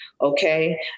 okay